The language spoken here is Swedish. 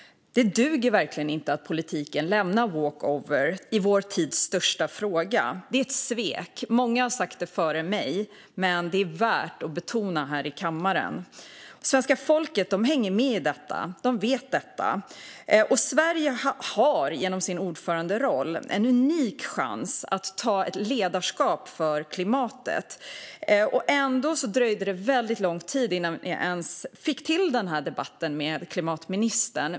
Det duger verkligen inte att politiken lämnar walkover i vår tids största fråga. Det är ett svek - många har sagt det före mig, men det är värt att betona här i kammaren. Svenska folket hänger med i detta och vet detta. Sverige har också genom sin ordföranderoll en unik chans att ta ett ledarskap för klimatet. Ändå dröjde det väldigt lång tid innan vi ens fick till den här debatten med klimatministern.